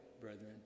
brethren